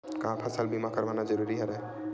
का फसल बीमा करवाना ज़रूरी हवय?